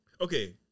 Okay